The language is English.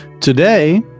today